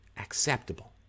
acceptable